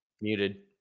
Muted